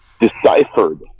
deciphered